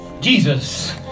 Jesus